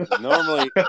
Normally